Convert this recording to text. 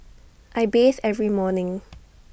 I bathe every morning